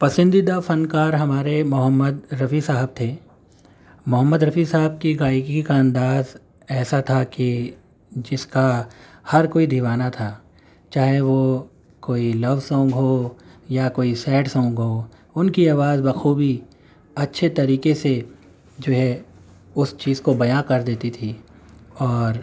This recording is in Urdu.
پسندیدہ فنکار ہمارے محمد رفیع صاحب تھے محمد رفیع صاحب کی گائیکی کا انداز ایسا تھا کہ جس کا ہر کوئی دیوانہ تھا چاہے وہ کوئی لو سونگ ہو یا کوئی سیڈ سونگ ہو ان کی آواز بخوبی اچھے طریقے سے جو ہے اس چیز کو بیاں کر دیتی تھی اور